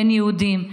בין יהודים,